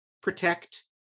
protect